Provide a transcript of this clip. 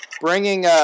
Bringing